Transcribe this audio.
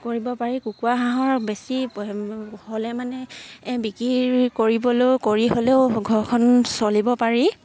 কৰিব পাৰি কুকুৰা হাঁহৰ বেছি হ'লে মানে বিক্ৰী কৰিবলৈও কৰি হ'লেও ঘৰখন চলিব পাৰি